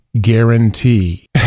guarantee